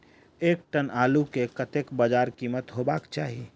एक टन आलु केँ कतेक बजार कीमत हेबाक चाहि?